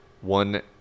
one